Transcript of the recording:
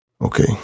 Okay